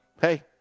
Hey